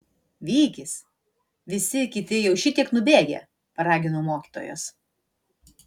vykis visi kiti jau šitiek nubėgę paragino mokytojas